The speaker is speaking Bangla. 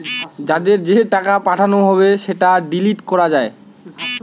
যাদের যে টাকা পাঠানো হবে সেটা ডিলিট করা যায়